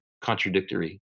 contradictory